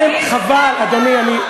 חבל, אדוני.